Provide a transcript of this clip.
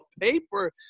paper